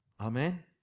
Amen